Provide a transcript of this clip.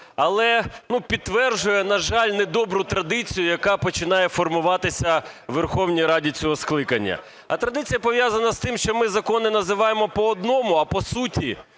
але підтверджує, на жаль, недобру традицію, яка починає формуватися у Верховній Раді цього скликання. А традиція пов'язана з тим, що ми закони називаємо по-одному, а по суті